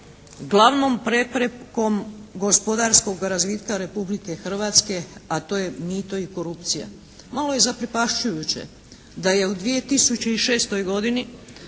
glavnom preprekom gospodarskog razvitka Republike Hrvatske, a to je mito i korupcija. Malo je zaprepašćujuće da je u 2006. godini